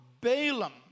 Balaam